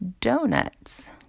donuts